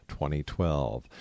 2012